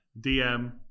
DM